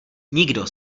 nikdo